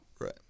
Right